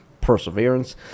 perseverance